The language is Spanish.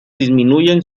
disminuyen